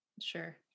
sure